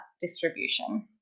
distribution